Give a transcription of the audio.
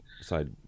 side